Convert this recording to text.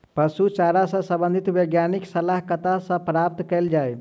पशु चारा सऽ संबंधित वैज्ञानिक सलाह कतह सऽ प्राप्त कैल जाय?